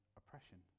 oppression